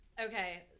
Okay